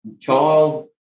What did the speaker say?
child